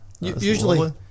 Usually